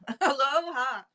Aloha